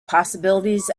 possibilities